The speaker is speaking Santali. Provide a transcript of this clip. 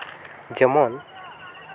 ᱡᱮᱢᱚᱱ